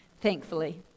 thankfully